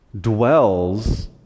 Dwells